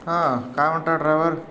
हां काय म्हणता ड्रायवर